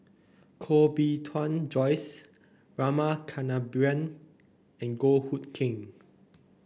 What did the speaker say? Koh Bee Tuan Joyce Rama Kannabiran and Goh Hood Keng